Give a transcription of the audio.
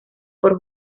por